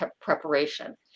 preparation